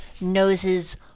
noses